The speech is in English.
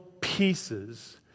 pieces